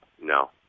No